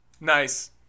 Nice